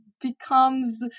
becomes